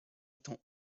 étant